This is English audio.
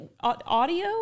audio